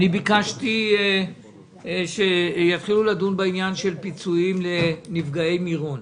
ביקשתי שיתחילו לדון בעניין הפיצויים לנפגעי מירון.